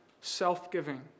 self-giving